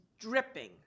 dripping